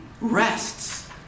rests